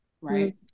right